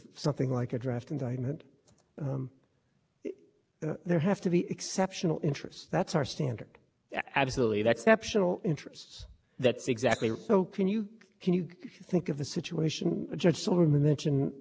there have to be exceptional interests that's our standard absolutely that's interests that's exactly right so can you can you think of the situation judge sautner mentioned evidence of bribery can you